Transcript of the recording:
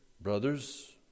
Brothers